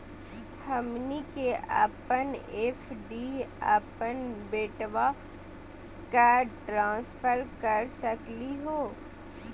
हमनी के अपन एफ.डी अपन बेटवा क ट्रांसफर कर सकली हो?